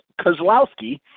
Kozlowski